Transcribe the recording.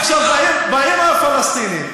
עכשיו באים הפלסטינים,